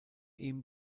ihm